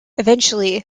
eventually